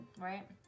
right